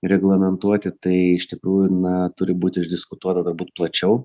reglamentuoti tai iš tikrųjų na turi būti išdiskutuota galbūt plačiau